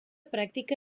pràctica